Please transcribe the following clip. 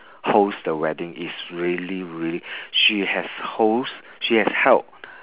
host the wedding it's really really she has host she has held